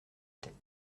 tête